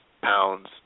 pounds